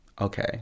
okay